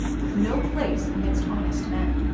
with no place amidst honest men.